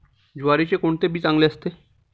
ज्वारीचे कोणते बी चांगले असते?